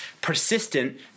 persistent